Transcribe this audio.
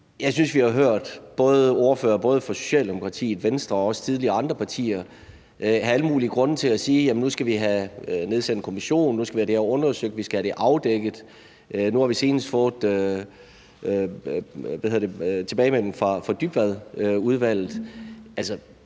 jeg synes, vi har hørt ordførere fra både Socialdemokratiet, Venstre og også tidligere andre partier have alle mulige grunde til at sige, at nu skal vi have nedsat en kommission, at nu skal vi have det her undersøgt, at vi skal have det afdækket. Nu har vi senest fået tilbagemeldingen fra Dybvadudvalget.